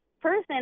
person